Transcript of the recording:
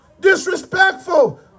disrespectful